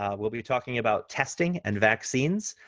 um we'll be talking about testing and vaccines.